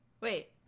Wait